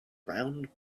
round